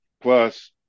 Plus